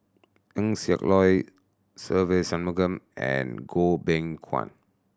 Eng Siak Loy Se Ve Shanmugam and Goh Beng Kwan